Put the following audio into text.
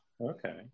okay